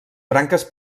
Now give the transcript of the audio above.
branques